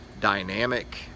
dynamic